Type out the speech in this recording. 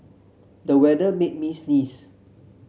the weather made me sneeze